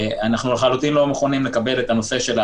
אנחנו לחלוטין לא מוכנים לקבל את הנושא הזה